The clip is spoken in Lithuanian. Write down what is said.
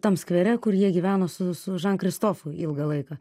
tam skvere kur jie gyveno su su žan kristofu ilgą laiką